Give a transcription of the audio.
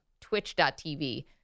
Twitch.tv